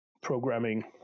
programming